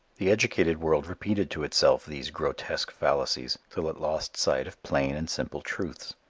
the educated world repeated to itself these grotesque fallacies till it lost sight of plain and simple truths.